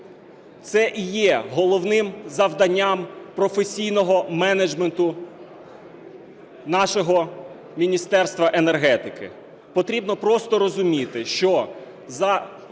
це і є головним завданням професійного менеджменту нашого Міністерства енергетики.